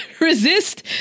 resist